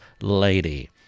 lady